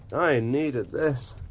i needed this.